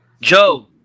Joe